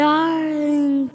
Darling